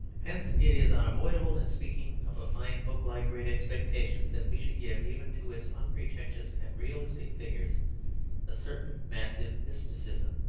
hence it is unavoidable in speaking of a fine book like great expectations that we should give even to its unpretentious and realistic figures a certain massive mysticism.